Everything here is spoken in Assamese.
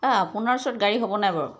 এ আপোনাৰ ওচৰত গাড়ী হ'ব নাই বাৰু